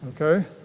Okay